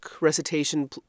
recitation